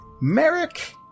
Merrick